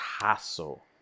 hassle